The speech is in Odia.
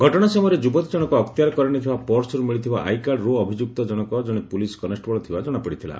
ଘଟଣା ସମୟରେ ଯୁବତୀ ଜଶକ ଅକ୍ତିଆର କରିନେଇଥିବା ପର୍ସରୁ ମିଳିଥିବା ଆଇ କାର୍ଡରୁ ଅଭିଯୁକ୍ତ ଜଣକ ଜଣେ ପୁଲିସ କନେଷ୍ଟବଳ ଥିବା ଜଣାପଡିଥିଲା